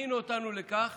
להכין אותנו לכך